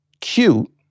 cute